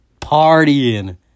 partying